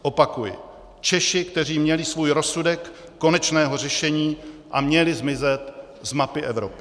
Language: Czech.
Opakuji, Češi, kteří měli svůj rozsudek konečného řešení a měli zmizet z mapy Evropy.